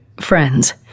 friends